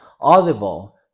audible